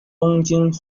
东京